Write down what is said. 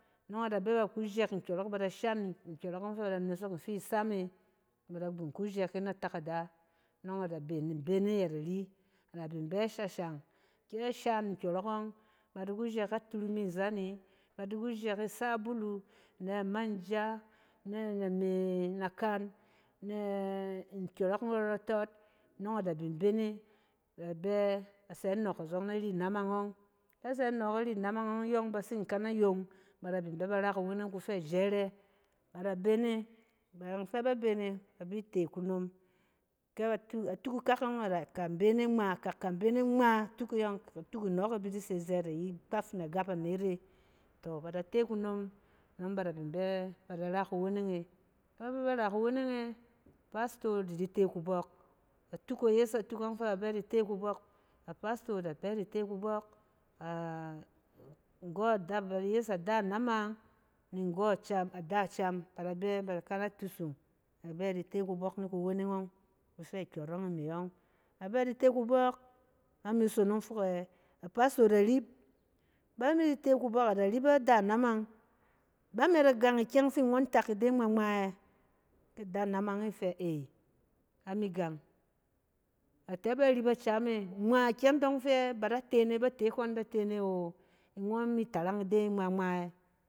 Nↄng bada bɛ ba ku jɛk nkyↄrↄk, ba da shan nkyↄrↄk fɛ ba da nesek nfi sam e. Ba da bin ku jɛk e na takada nang ada bin bene ayɛt aria da bin bɛ shashang. kɛ shang nkyↄrↄk ↄng, ba da ku jɛk aturmi zani, ba da ku jɛk isabulu na manja, nɛ na me nakan, nɛ nkyↄrↄk nrↄtↄt, nↄng ada bin bene da bɛ, asɛ nↄk azↄng nari namong ↄng. kɛ tsɛ nↄk ari naming ↄng, ayↄng bat sin kana yong ba da bin bↄ bar a kuweneng ku fɛ jɛrɛ. Ba da bene, bayan fɛ ba bene, ba bi te kunom kɛ ba ta atukakak ↄng ada bene ngma, akak ka, bene ngma tuke yↄng kɛ atuk inↄↄk e bi di se sɛt agi kpaf na gap anet e. Tↄ ba da te kunom, nↄng ba da bin bɛ ba da ra kuweneng e. Ba bɛ bara kuweneng e, pastor da di te kubↄk, a eyes-atak ↄng fɛ ba da bɛ badi te kukak, a pastor da bɛ di te kubↄk, a-ngↄ da ba yes ada namang ni nggↄ, ada cem ba de bɛ da da kana tusung ne ba bɛ ba di te kubↄk ni kuweneng ↄng, ku fɛ kyↄrↄng e me yↄng. A bɛ di te kubↄk, a mi sonong fok ɛ, a pastor de rip, bami te kubↄk ada rip ada naming bami da gang ikyɛng fi ngↄn tak ide ngma-ngma ɛ? Kɛ da namang e fɛ ey ami gang. A tɛ ne, batek ngↄn da tene wo, ngↄn mi tarang ide ngma agma ɛ?